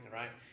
right